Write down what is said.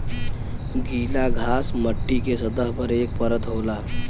गीला घास मट्टी के सतह पर एक परत होला